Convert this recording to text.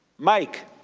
mike,